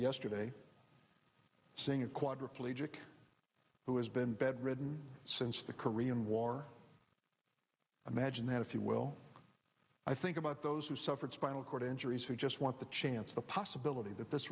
yesterday seeing a quadriplegic who has been bedridden since the korean war i magine that if you will i think about those who suffered spinal cord injuries who just want the chance the possibility that this